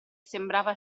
sembrava